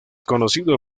conocido